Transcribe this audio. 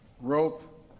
rope